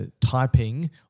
typing